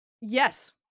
yes